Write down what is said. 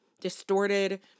distorted